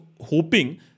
hoping